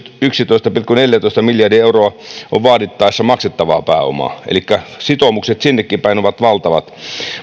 yksitoista pilkku neljätoista miljardia euroa on vaadittaessa maksettavaa pääomaa elikkä sitoumukset sinnekin päin ovat valtavat